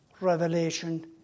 revelation